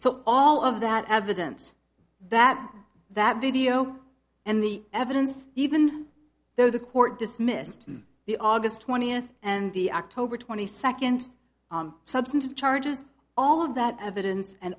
so all of that evidence that that video and the evidence even though the court dismissed the aug twentieth and the october twenty second substantive charges all of that evidence and